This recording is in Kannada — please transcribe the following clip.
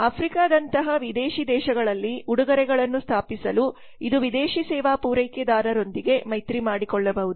ಆಫ್ರಿಕಾದಂತಹ ವಿದೇಶಿ ದೇಶಗಳಲ್ಲಿ ಉಡುಗೊರೆಗಳನ್ನು ಸ್ಥಾಪಿಸಲು ಇದು ವಿದೇಶಿ ಸೇವಾ ಪೂರೈಕೆದಾರರೊಂದಿಗೆ ಮೈತ್ರಿ ಮಾಡಿಕೊಳ್ಳಬಹುದು